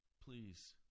please